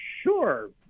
Sure